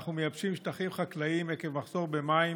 ואנחנו מייבשים שטחים חקלאיים עקב מחסור במים,